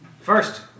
First